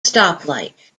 stoplight